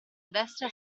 destra